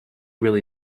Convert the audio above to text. really